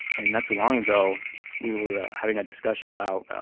and not too long ago we were ah having a discussion about,